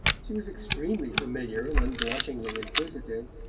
she was extremely familiar and unblushingly inquisitive,